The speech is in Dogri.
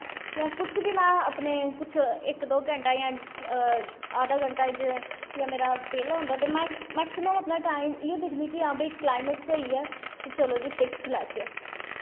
कुश बी में कुश इक दो घैंटा जां अद्धा घैंटा मेरा बेह्ला होंदा तां में मैकसिमम अपनां टाईम इयै दिखदी कि क्लाईमेट स्हेई ऐ ते चलो जी पिक्स लैच्चै